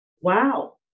wow